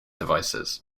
devices